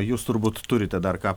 jūs turbūt turite dar ką